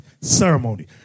ceremony